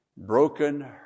Broken